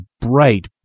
bright